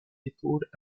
épaules